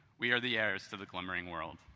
we are the heirs to the glimmering world.